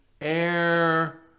air